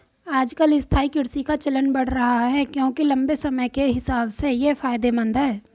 आजकल स्थायी कृषि का चलन बढ़ रहा है क्योंकि लम्बे समय के हिसाब से ये फायदेमंद है